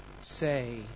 say